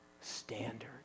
standard